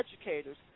educators